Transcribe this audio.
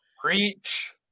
Preach